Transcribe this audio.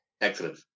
Excellent